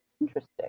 Interesting